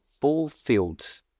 fulfilled